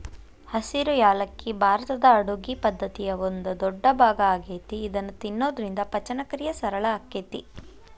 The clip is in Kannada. ಹಸಿರು ಯಾಲಕ್ಕಿ ಭಾರತದ ಅಡುಗಿ ಪದ್ದತಿಯ ಒಂದ ದೊಡ್ಡಭಾಗ ಆಗೇತಿ ಇದನ್ನ ತಿನ್ನೋದ್ರಿಂದ ಪಚನಕ್ರಿಯೆ ಸರಳ ಆಕ್ಕೆತಿ